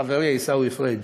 חברי עיסאווי פריג'.